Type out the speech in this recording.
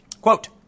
Quote